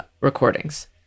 recordings